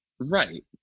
right